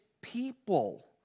people